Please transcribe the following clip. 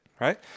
right